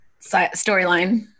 storyline